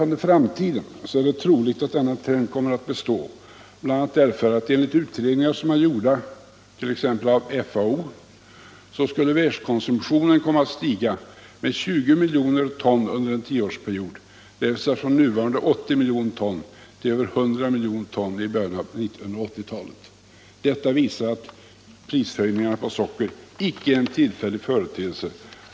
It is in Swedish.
Vad framtiden beträffar är det troligt att den trenden kommer att bestå, ty enligt utredningar som gjorts, bl.a. av FAO, kommer världskonsumtionen att stiga med 20 miljoner ton under en tioårsperiod, dvs. från nuvarande 80 miljoner till över 100 miljoner ton i början på 1980-talet. Detta visar alltså att prishöjningarna på socker inte är en tillfällig företeelse.